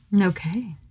Okay